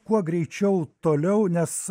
kuo greičiau toliau nes